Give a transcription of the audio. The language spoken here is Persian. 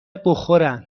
بخورن